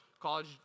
College